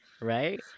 Right